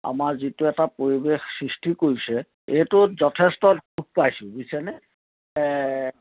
আমাৰ যিটো এটা পৰিৱেশ সৃষ্টি কৰিছে এইটোত যথেষ্ট দুখ পাইছোঁ বুজিছেনে